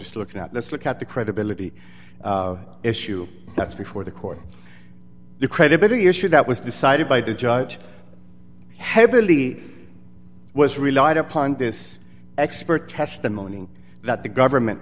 is looking at let's look at the credibility issue that's before the court the credibility issue that was decided by the judge heavily was relied upon this expert testimony that the government